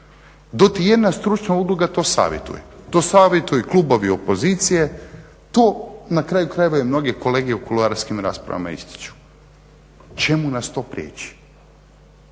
… jedna stručna udruga to savjetuje. To savjetuju i klubovi opozicije, to na kraju krajeva i mnoge kolege u kuloarskim raspravama ističu. Čemu nas to priječi